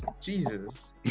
Jesus